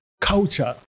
Culture